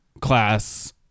class